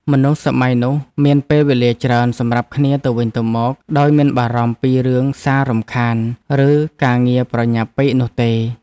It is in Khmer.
មនុស្សសម័យនោះមានពេលវេលាច្រើនសម្រាប់គ្នាទៅវិញទៅមកដោយមិនបារម្ភពីរឿងសាររំខាន ឬការងារប្រញាប់ពេកនោះទេ។